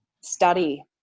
study